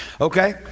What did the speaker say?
Okay